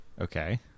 Okay